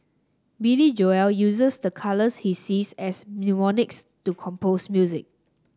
Billy Joel uses the colours he sees as mnemonics to compose music